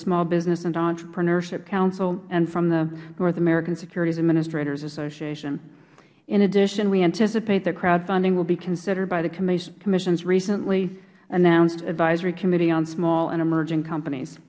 small business and entrepreneurship council and from the north american securities administrators association in addition we anticipate that crowdfunding will be considered by the commission's recently announced advisory committee on small and emerging companies